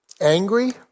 angry